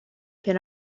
can